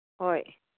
ꯍꯣꯏ